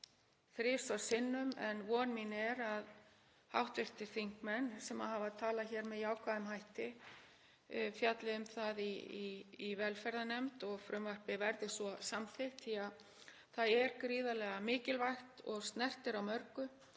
þrisvar sinnum en von mín er að hv. þingmenn, sem hafa talað hér með jákvæðum hætti, fjalli um það í velferðarnefnd og frumvarpið verði svo samþykkt því að það er gríðarlega mikilvægt og snertir á mörgu.